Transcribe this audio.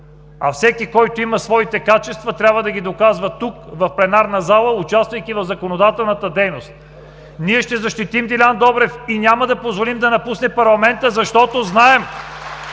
Всеки, който има своите качества, трябва да ги доказва тук, в пленарна зала, участвайки в законодателната дейност. Ние ще защитим Делян Добрев и няма да позволим да напусне парламента, защото знаем